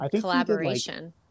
collaboration